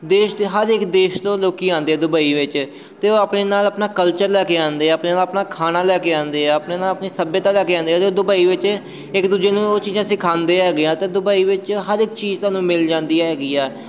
ਦੇਸ਼ ਦੇ ਹਰ ਇੱਕ ਦੇਸ਼ ਤੋਂ ਲੋਕ ਆਉਂਦੇ ਆ ਦੁਬਈ ਵਿੱਚ ਅਤੇ ਉਹ ਆਪਣੇ ਨਾਲ ਆਪਣਾ ਕਲਚਰ ਲੈ ਕੇ ਆਉਂਦੇ ਆਪਣੇ ਨਾਲ ਆਪਣਾ ਖਾਣਾ ਲੈ ਕੇ ਆਉਂਦੇ ਆ ਆਪਣੇ ਨਾਲ ਆਪਣੀ ਸੱਭਿਅਤਾ ਲੈ ਕੇ ਆਉਂਦੇ ਦੁਬਈ ਵਿੱਚ ਇੱਕ ਦੂਜੇ ਨੂੰ ਉਹ ਚੀਜ਼ਾਂ ਸਿਖਾਉਂਦੇ ਹੈਗੇ ਆ ਅਤੇ ਦੁਬਈ ਵਿੱਚ ਹਰ ਇੱਕ ਚੀਜ਼ ਤੁਹਾਨੂੰ ਮਿਲ ਜਾਂਦੀ ਹੈਗੀ ਆ